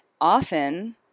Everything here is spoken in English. Often